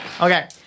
Okay